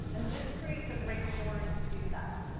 and this creates a great forum to do that.